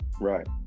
right